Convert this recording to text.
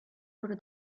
wurde